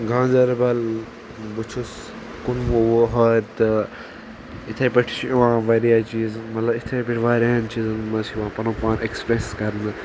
گاندربل بہٕ چھُس کُنوُہ ۄہر تہٕ اِتھے پٲٹھۍ چھ یِوان واریاہ چیٖز مطلب اتھے پٲٹھۍ واریہن چیٖزن منٛز چھ یِوان پنُن پان ایکٕسپریس کرنہٕ